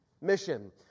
mission